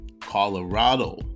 Colorado